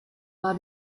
war